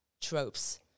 tropes